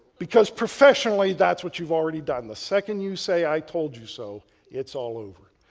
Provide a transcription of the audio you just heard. because professionally that's what you've already done. the second you say i told you so it's all over.